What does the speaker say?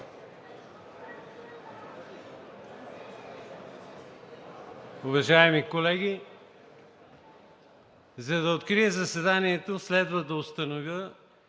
Уважаеми колеги, за да открия заседанието, следва да установя,